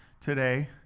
today